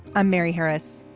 i'm mary harris.